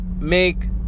make